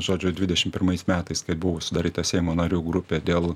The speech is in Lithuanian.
žodžiu dvidešim pirmais metais kai buvo sudaryta seimo narių grupė dėl